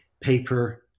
paper